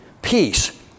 Peace